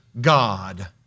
God